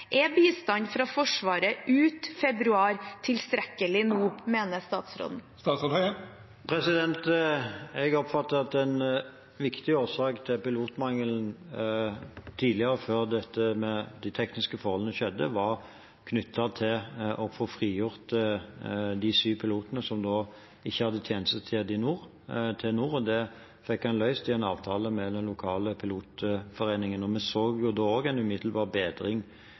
fra Forsvaret ut februar er tilstrekkelig nå? Jeg oppfatter at en viktig årsak til pilotmangelen tidligere, før dette med de tekniske forholdene skjedde, var knyttet til å få frigjort de syv pilotene som ikke hadde tjenestested i nord, til nord. Det fikk en løst i en avtale med den lokale pilotforeningen. Vi så da også en umiddelbar bedring